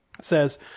says